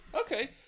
Okay